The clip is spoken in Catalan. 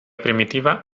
primitiva